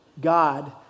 God